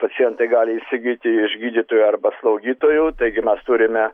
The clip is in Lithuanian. pacientai gali įsigyti iš gydytojų arba slaugytojų taigi mes turime